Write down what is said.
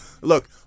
Look